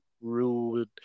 rude